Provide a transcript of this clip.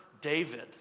David